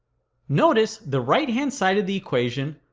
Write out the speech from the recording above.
notice the right-hand side of the equation,